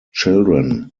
children